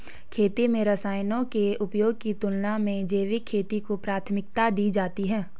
खेती में रसायनों के उपयोग की तुलना में जैविक खेती को प्राथमिकता दी जाती है